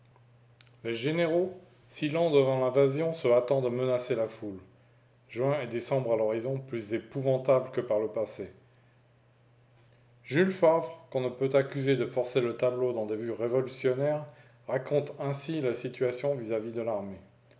les généraux si lents devant l'invasion se hâtant de menacer la foule juin et décembre à l'horizon plus épouvantables que par le passé jules favre qu'on ne peut accuser de forcer le tableau dans des vues révolutionnaires raconte ainsi la situation vis-à-vis de l'armée